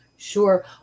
Sure